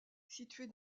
située